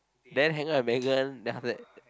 then hang out with Megan then after that